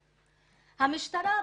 המשטרה,